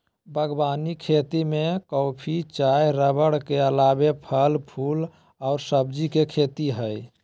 बागवानी खेती में कॉफी, चाय रबड़ के अलावे फल, फूल आर सब्जी के खेती हई